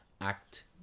act